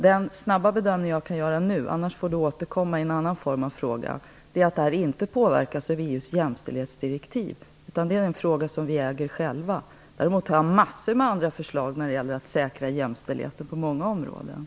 Den snabba bedömning jag kan göra nu är att detta inte påverkas av EU:s jämställdhetsdirektiv. Det är en fråga som vi äger själva. Däremot har jag massor av andra förslag när det gäller att säkra jämställdheten på många områden.